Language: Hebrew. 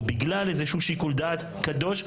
או בגלל איזשהו שיקול דעת קדוש,